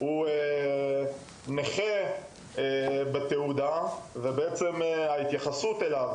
הוא בעל תעודת נכה ולכן ההתייחסות אליו,